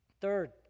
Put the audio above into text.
Third